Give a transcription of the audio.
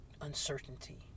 uncertainty